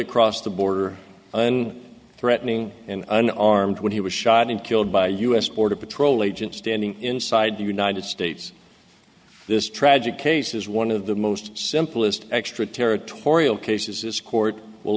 across the border and threatening in an armed when he was shot and killed by u s border patrol agents standing inside the united states this tragic case is one of the most simplest extraterritorial cases this court will